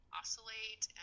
oscillate